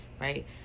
right